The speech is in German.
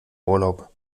urlaub